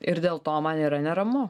ir dėl to man yra neramu